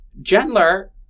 gentler